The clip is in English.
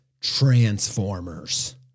Transformers